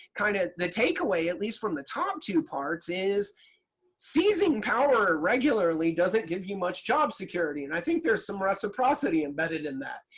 kind of the takeaway at least from the top two parts is seizing power regularly doesn't give you much job security. and i think there's some reciprocity embedded in that.